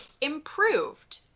improved